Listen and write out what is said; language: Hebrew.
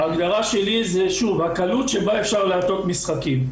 ההגדרה שלי זה שוב, הקלות שבה אפשר להטות משחקים.